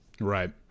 Right